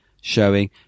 showing